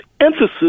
emphasis